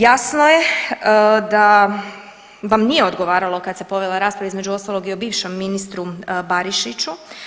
Jasno je da vam nije ogovaralo kad se povela rasprava između ostalog i o bivšem ministru Barišiću.